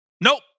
Nope